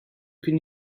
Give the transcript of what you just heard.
can